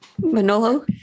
Manolo